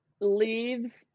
leaves